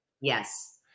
yes